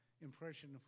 impression